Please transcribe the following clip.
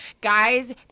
Guys